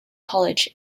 college